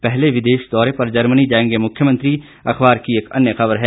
पहले विदेश दौरे पर जर्मनी जाएंगे मुख्यमंत्री अखबार की एक अन्य खबर है